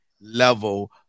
level